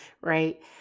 right